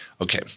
Okay